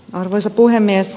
arvoisa puhemies